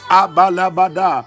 abalabada